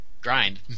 grind